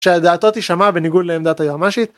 כשה..דעתו תישמע בניגוד לעמדת היועמ"שית.